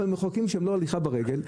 אבל הם מרחקים שהם לא להליכה ברגל.